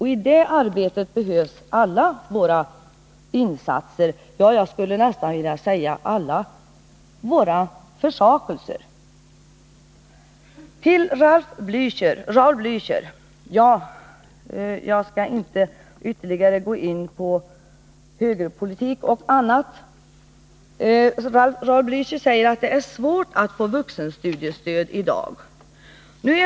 I det arbetet behövs allas våra insatser — ja, jag skulle nästan vilja säga allas våra försakelser. Till Raul Blächer vill jag först säga att jag inte skall gå in på någon diskussion om högerpolitik och annat, utan jag vill i stället bemöta hans påstående att det är svårt att få vuxenstudiestöd i dag.